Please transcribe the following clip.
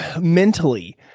mentally